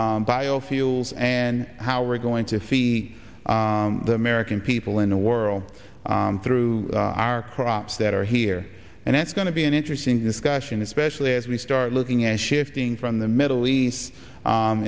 bio biofuels and how we're going to see the american people in the world through our crops that are here and that's going be an interesting discussion especially as we start looking at shifting from the middle east